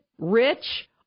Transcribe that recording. rich